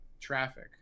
traffic